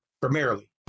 Primarily